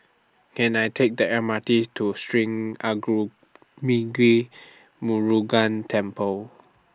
Can I Take The M R T to Sri Arulmigu Murugan Temple